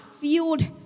filled